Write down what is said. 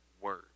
Word